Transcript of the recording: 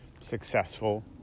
successful